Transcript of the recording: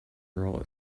girl